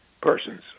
persons